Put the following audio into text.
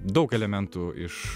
daug elementų iš